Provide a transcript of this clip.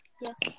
Yes